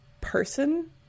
person